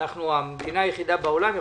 שאנחנו המדינה היחידה בעולם,